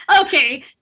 Okay